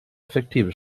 effektive